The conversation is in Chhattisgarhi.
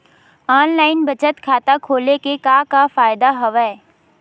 ऑनलाइन बचत खाता खोले के का का फ़ायदा हवय